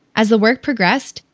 as the work progressed,